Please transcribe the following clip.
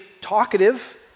talkative